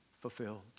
fulfilled